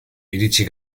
iritsi